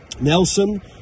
Nelson